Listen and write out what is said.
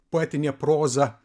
poetinė proza